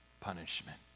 punishment